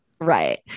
Right